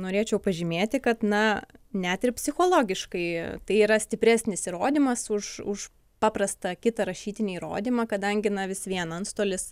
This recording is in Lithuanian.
norėčiau pažymėti kad na net ir psichologiškai tai yra stipresnis įrodymas už už paprastą kitą rašytinį įrodymą kadangi vis vien antstolis